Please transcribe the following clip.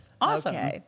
Awesome